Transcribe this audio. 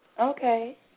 Okay